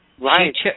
Right